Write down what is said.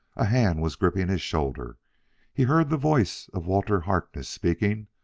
a hand was gripping his shoulder he heard the voice of walter harkness speaking,